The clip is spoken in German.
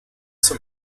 zum